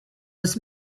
was